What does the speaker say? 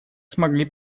смогли